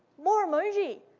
more emoji!